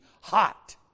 hot